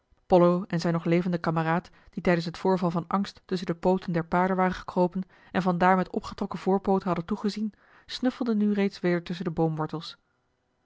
pollo en zijn nog levende kameraad die tijdens het voorval van angst tusschen de pooten der paarden waren gekropen en vandaar met opgetrokken voorpoot hadden toegezien snuffelden nu reeds weder tusschen de